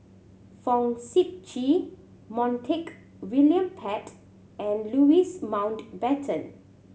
Fong Sip Chee Montague William Pett and Louis Mountbatten